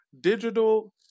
digital